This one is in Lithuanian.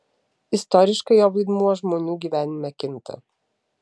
istoriškai jo vaidmuo žmonių gyvenime kinta